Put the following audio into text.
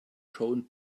showed